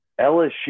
LSU